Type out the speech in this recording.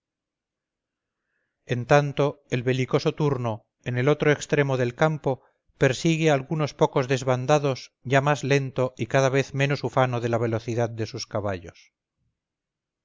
en tanto el belicoso turno en el otro extremo del campo persigue a algunos pocos desbandados ya más lento y cada vez menos ufano de la velocidad de sus caballos